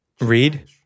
read